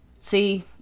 See